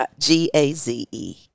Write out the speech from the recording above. G-A-Z-E